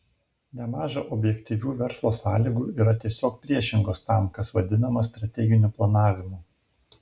nemaža objektyvių verslo sąlygų yra tiesiog priešingos tam kas vadinama strateginiu planavimu